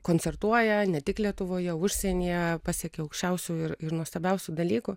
koncertuoja ne tik lietuvoje užsienyje pasiekia aukščiausių ir ir nuostabiausių dalykų